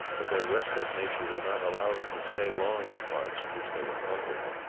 but their restless nature will not allow them to stay long in the parts which they have conquered.